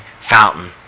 fountain